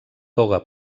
toga